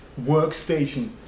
workstation